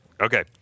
Okay